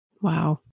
Wow